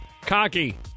Cocky